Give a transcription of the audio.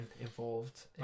involved